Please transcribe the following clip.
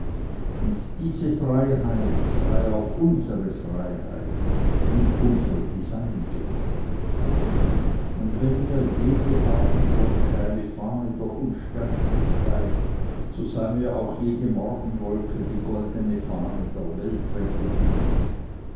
und diese freiheit sei auch unsere freiheit und unsere die seinige und wenn mir jede abendwolke eine fahne der unsterblichkeit so sei mir auch jede morgenwolke die goldene fahne der